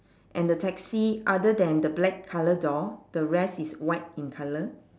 and the taxi other than the black colour door the rest is white in colour